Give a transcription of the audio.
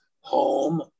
home